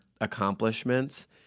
accomplishments